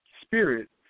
Spirit